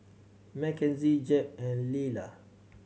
Mckenzie Jeb and Lilah